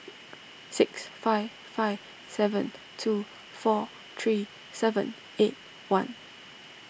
six five five seven two four three seven eight one